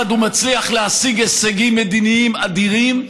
אחד, הוא מצליח להשיג הישגים מדיניים אדירים,